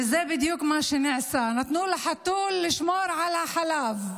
וזה בדיוק מה שנעשה: נתנו לחתול לשמור על החלב,